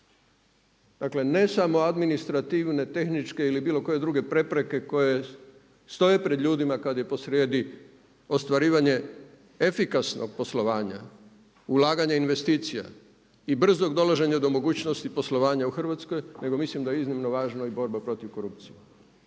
Dakle, ne samo administrativne, tehničke ili bilo koje druge prepreke koje stoje pred ljudima kad je posrijedi ostvarivanje efikasnog poslovanja, ulaganja investicija i brzog dolaženja do mogućnosti poslovanja u Hrvatskoj nego mislim da je iznimno važna i borba protiv korupcije.